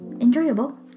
enjoyable